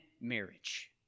marriage